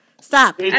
Stop